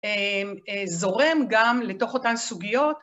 זורם גם לתוך אותן סוגיות.